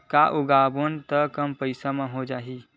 का उगाबोन त कम पईसा म हो जाही?